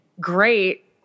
great